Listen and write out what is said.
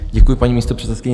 Děkuji, paní místopředsedkyně.